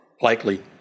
likely